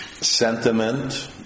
sentiment